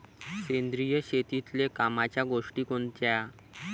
सेंद्रिय शेतीतले कामाच्या गोष्टी कोनच्या?